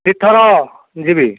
ଦୁଇଥର ଯିବି